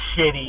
shitty